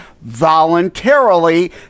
voluntarily